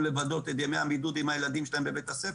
לבלות את ימי הבידוד עם הילדים שלהם בבית.